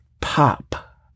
pop